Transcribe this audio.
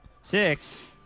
Six